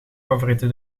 favoriete